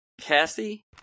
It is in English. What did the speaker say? Cassie